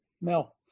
Mel